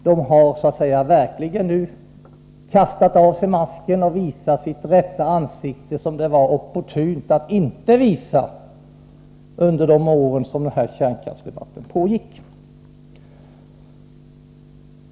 De har nu verkligen kastat masken och visat sitt rätta ansikte, som det var opportunt att inte visa under de år då kärnkraftsdebatten pågick.